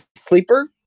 Sleeper